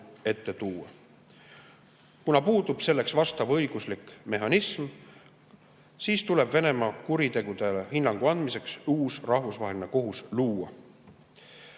ette tuua. Kuna selleks puudub vastav õiguslik mehhanism, siis tuleb Venemaa kuritegudele hinnangu andmiseks uus rahvusvaheline kohus luua.